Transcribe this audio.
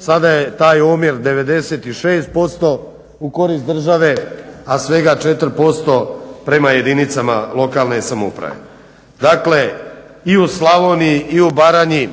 sada je taj omjer 96% u korist države, a svega 4% prema jedinicama lokalne samouprave. Dakle, i u Slavoniji i u Baranji